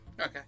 Okay